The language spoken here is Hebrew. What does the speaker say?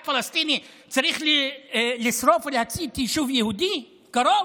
פלסטיני צריך לשרוף ולהצית יישוב יהודי קרוב?